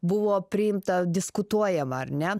buvo priimta diskutuojama ar ne